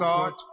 God